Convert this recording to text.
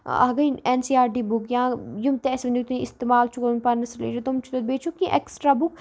اَکھ گٔے اٮ۪ن سی آر ڈی بُک یا یِم تہِ اَسہِ وٕنیُک تہِ اِستعمال چھُ کوٚرمُت پانس رِلیٚٹڈ تِم چھِ تَتہِ بیٚیہِ چھُ کیٚنٛہہ اٮ۪کٕسٹرا بُک